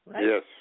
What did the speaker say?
Yes